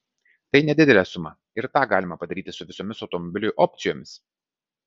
tai nedidelė suma ir tą galima padaryti su visomis automobilių opcijomis